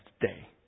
day